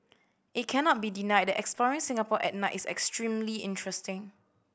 it cannot be denied that exploring Singapore at night is extremely interesting